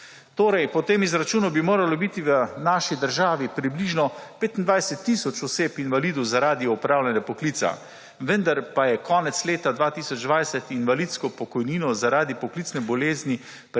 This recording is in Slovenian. Torej, po tem izračunu bi moralo biti v naši državi približno 25 tisoč oseb invalidov zaradi opravljanja poklica, vendar pa je konec leta 2020 invalidsko pokojnino zaradi poklicne bolezni